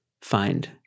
find